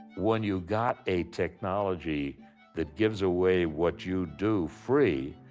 when you got a technology that gives away what you do free,